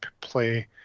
play